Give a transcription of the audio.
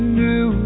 new